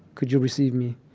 could you receive me?